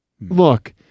Look